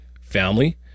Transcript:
family